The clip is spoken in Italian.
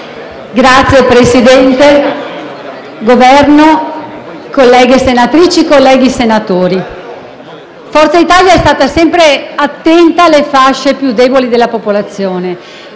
rappresentanti del Governo, colleghe senatrici e colleghi senatori, Forza Italia è stata sempre attenta alle fasce più deboli della popolazione.